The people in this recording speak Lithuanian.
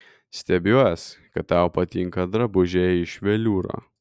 stebiuos kad tau patinka drabužiai iš veliūro